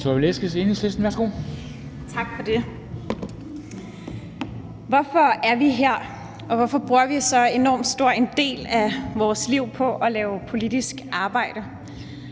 Velasquez (EL): Tak for det. Hvorfor er vi her, og hvorfor bruger vi så enormt stor en del af vores liv på at lave politisk arbejde?